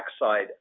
side